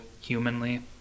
humanly